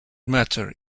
matter